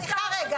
סליחה,